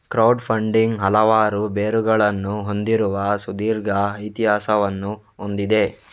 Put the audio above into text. crowd funding ಹಲವಾರು ಬೇರುಗಳನ್ನು ಹೊಂದಿರುವ ಸುದೀರ್ಘ ಇತಿಹಾಸವನ್ನು ಹೊಂದಿದೆ